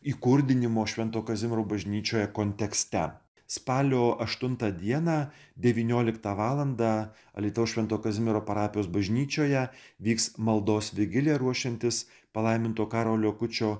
įkurdinimo švento kazimiero bažnyčioje kontekste spalio aštuntą dieną devynioliktą valandą alytaus švento kazimiero parapijos bažnyčioje vyks maldos vigilija ruošiantis palaimintojo karolio akučio